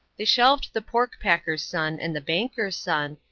they shelved the pork-packer's son and the banker's son,